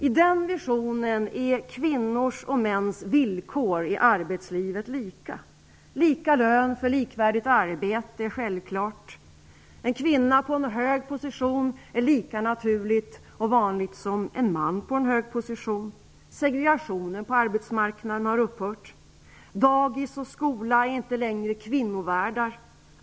I den visionen är kvinnors och mäns villkor i arbetslivet lika. Lika lön för likvärdigt arbete är en självklarhet. En kvinna på en hög position är lika naturligt och vanligt som en man på en hög position. Segregationen på arbetsmarknaden har upphört. Dagis och skola är inte längre kvinnovärldar.